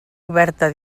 oberta